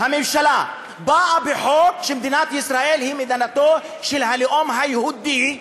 הממשלה באה עם חוק שמדינת ישראל היא מדינתו של הלאום היהודי,